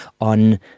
on